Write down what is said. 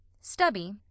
Stubby